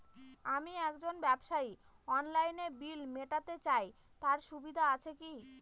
আমি একজন ব্যবসায়ী অনলাইনে বিল মিটাতে চাই তার সুবিধা আছে কি?